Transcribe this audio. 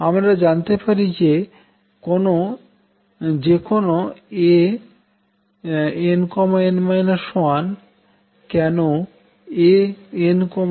আমরা জানতে পারি যে কেনো Ann 1 কেনো Ann 2নয়